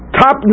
top